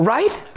Right